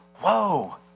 whoa